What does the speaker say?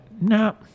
no